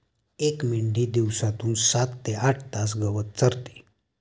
एक मेंढी दिवसातून सात ते आठ तास गवत चरते